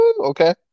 okay